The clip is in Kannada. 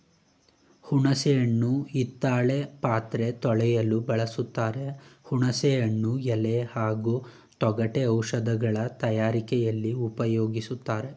ಹುಣಸೆ ಹಣ್ಣು ಹಿತ್ತಾಳೆ ಪಾತ್ರೆ ತೊಳೆಯಲು ಬಳಸ್ತಾರೆ ಹುಣಸೆ ಹಣ್ಣು ಎಲೆ ಹಾಗೂ ತೊಗಟೆ ಔಷಧಗಳ ತಯಾರಿಕೆಲಿ ಉಪ್ಯೋಗಿಸ್ತಾರೆ